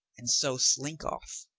and so slink off.